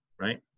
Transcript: right